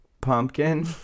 pumpkin